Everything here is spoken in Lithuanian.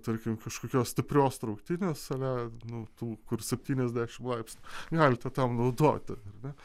tarkim kažkokios stiprios trauktinės ar ne nu tų kur septyniasdešimt laipsnių galite tam naudoti ar ne